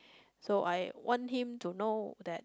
so I want him to know that